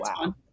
wow